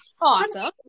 awesome